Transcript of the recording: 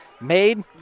made